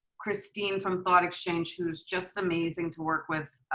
christine from thought exchange who's just amazing to work with.